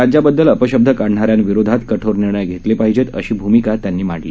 राज्याबद्दलअपशब्दकाढणाऱ्यांविरोधातकठोरनिर्णयघेतलेपाहिजे अशीभूमिकात्यांनीमांडली